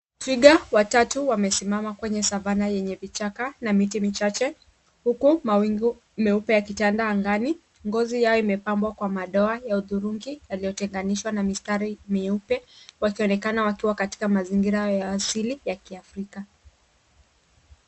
Twiga watatu wamesimama kwenye Savanna yenye vichaka na miti michache huku mawingu meupe yakitanda angani. Ngozi yao imepambwa kwa madoa ya udhurungi yaliyotenganishwa na mistari meupe wakionekana wakiwa katika mazingira yao ya asili ya kiafrika.